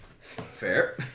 Fair